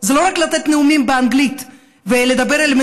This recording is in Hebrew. זה לא רק לתת נאומים באנגלית ולדבר אל